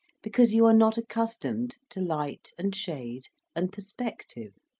because you are not accustomed to light and shade and perspective